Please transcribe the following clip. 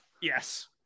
yes